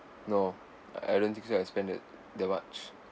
no I don't think that I spent that that much